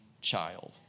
child